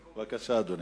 בבקשה, אדוני.